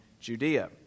Judea